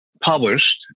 published